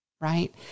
Right